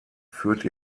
führt